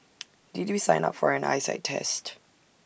did we sign up for an eyesight test